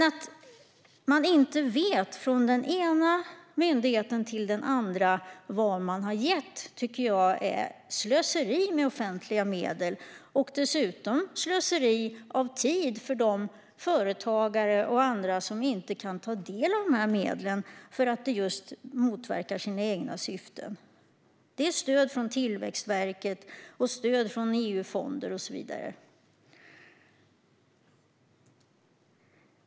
Att den ena myndigheten inte vet vad den andra har gett tycker jag är slöseri med offentliga medel och dessutom slöseri med tid för de företagare och andra som inte kan ta del av dessa medel. Stödet motverkar sina egna syften. Det handlar om stöd från Tillväxtverket, EU-fonder och så vidare.